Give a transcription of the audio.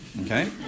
Okay